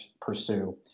pursue